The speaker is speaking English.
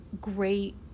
great